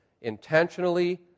intentionally